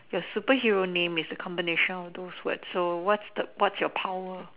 your superhero name is a combination of those words so what's the what's your power